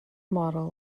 model